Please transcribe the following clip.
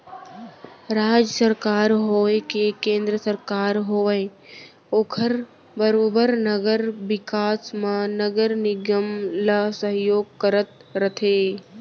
राज सरकार होवय के केन्द्र सरकार होवय ओहर बरोबर नगर बिकास म नगर निगम ल सहयोग करत रथे